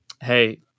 hey